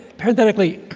parenthetically,